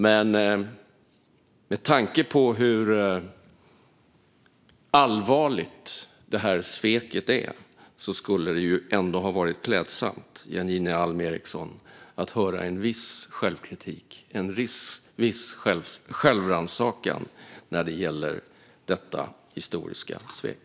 Men med tanke på hur allvarligt det här sveket är skulle det ändå ha varit klädsamt, Janine Alm Ericson, att visa viss självkritik och viss självrannsakan när det gäller detta historiska svek.